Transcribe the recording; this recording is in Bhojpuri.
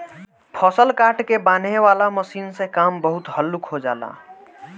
फसल काट के बांनेह वाला मशीन से काम बहुत हल्लुक हो जाला